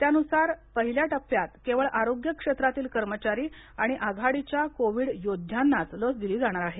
त्यानुसार पहिल्या टप्प्यात केवळ आरोग्य क्षेत्रातील कर्मचारी आणि आघाडीच्या कोविड योध्यानांच लस दिली जाणार आहे